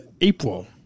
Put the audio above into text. April